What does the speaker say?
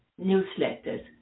newsletters